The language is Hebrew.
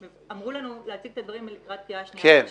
ואמרו לנו להציג אותו לקראת קריאה שנייה ושלישית.